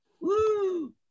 Woo